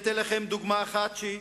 אתן לכם דוגמה אחת, שהיא